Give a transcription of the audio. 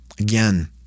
Again